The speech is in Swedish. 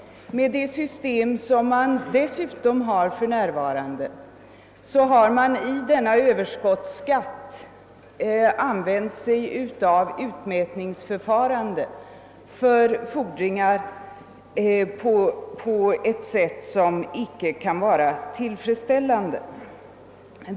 Med nuvarande system har man dessutom beträffande överskottsskatten använt sig av utmätningsförfarande för fordringar på ett sätt som icke kan vara tillfredsställande.